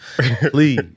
please